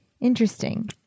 Interesting